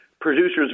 producer's